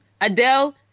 Adele